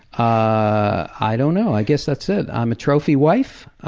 i don't know. i guess that's it. i'm a trophy wife.